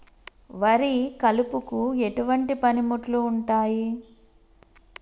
వరి కలుపుకు ఎటువంటి పనిముట్లు ఉంటాయి?